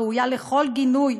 הראויה לכל גינוי,